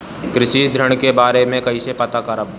कृषि ऋण के बारे मे कइसे पता करब?